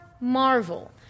Marvel